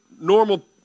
normal